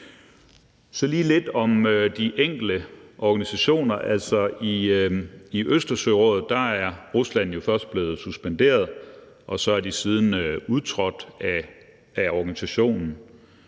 sige lidt om de enkelte organisationer. I Østersørådet er Rusland jo først blevet suspenderet, og siden er de udtrådt af organisationen.